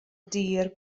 dir